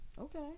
Okay